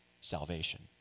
salvation